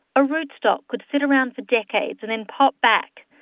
a rootstock could sit around for decades and then pop back,